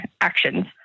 actions